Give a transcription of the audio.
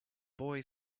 boy